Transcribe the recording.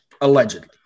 Allegedly